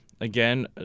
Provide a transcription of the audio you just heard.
Again